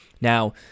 Now